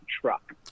truck